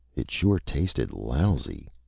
it shore tasted lousy.